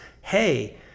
hey